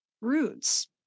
roots